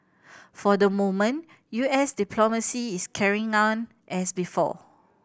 for the moment U S diplomacy is carrying on as before